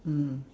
mm